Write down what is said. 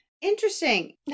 Interesting